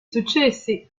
successi